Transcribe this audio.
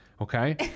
Okay